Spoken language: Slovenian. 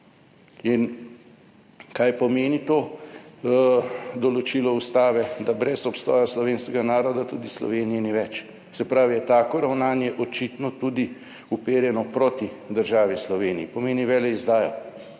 In kaj pomeni to določilo Ustave? Da brez obstoja slovenskega naroda tudi Slovenije ni več. Se pravi, je tako ravnanje očitno tudi uperjeno proti državi Sloveniji, pomeni veleizdajo.